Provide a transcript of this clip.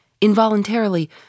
involuntarily